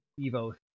evo